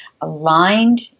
aligned